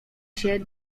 się